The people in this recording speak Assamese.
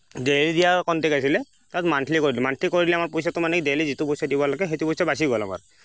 দেইলি দিয়া কনটেক আছিলে তাত মান্থলি কৰি দিলোঁ মান্থলি কৰি দিলে মানে আমাৰ পইচাটো মানে কি দেইলি যিটো পইচা দিব লাগে সেইটো বাচি গ'ল আমাৰ